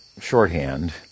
shorthand